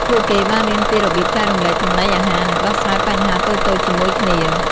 ពួកគេបានរៀនពីរបៀបចែករំលែកចំណីអាហារ និងដោះស្រាយបញ្ហាតូចៗជាមួយគ្នា។